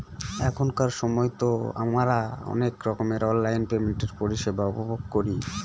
এখনকার সময়তো আমারা অনেক রকমের অনলাইন পেমেন্টের পরিষেবা উপভোগ করি